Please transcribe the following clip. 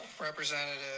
representative